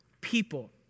people